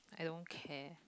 I don't care